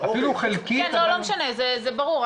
אפילו חלקית --- לא משנה, זה ברור.